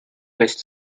best